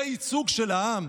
זה ייצוג של העם?